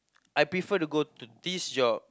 I prefer to go to this job